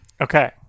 Okay